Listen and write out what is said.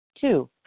Two